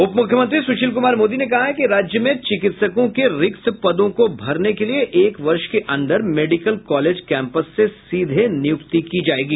उपमुख्यमंत्री सुशील कुमार मोदी ने कहा है कि राज्य में चिकित्सकों के रिक्त पदों को भरने के लिये एक वर्ष के अंदर मेडिकल कॉलेज कैंपस से सीधे नियुक्ति की जायेगी